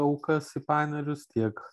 aukas į panerius tiek